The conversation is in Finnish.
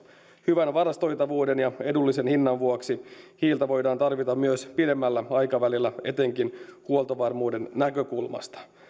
hyvän varastoitavuuden ja edullisen hinnan vuoksi hiiltä voidaan tarvita myös pidemmällä aikavälillä etenkin huoltovarmuuden näkökulmasta